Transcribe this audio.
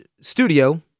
studio